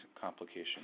complication